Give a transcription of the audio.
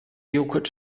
joghurt